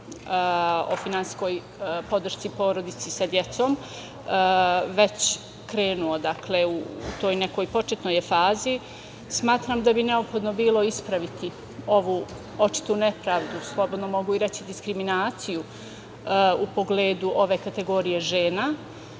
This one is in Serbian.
o finansijskoj podršci porodici sa decom već krenuo, dakle u toj je nekoj početnoj fazi, smatram da bi neophodno bilo ispraviti ovu očito nepravdu, slobodno mogu reći i diskriminaciju, u pogledu ove kategorije žena